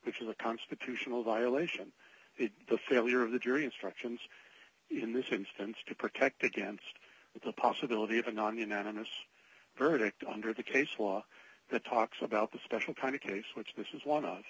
which is a constitutional violation the failure of the jury instructions in this instance to protect against the possibility of a non unanimous verdict under the case law that talks about the special kind of case which this is one of